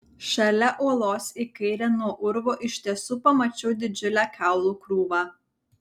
šalia uolos į kairę nuo urvo iš tiesų pamačiau didžiulę kaulų krūvą